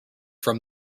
from